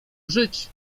żyć